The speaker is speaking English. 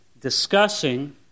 discussing